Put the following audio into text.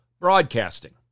broadcasting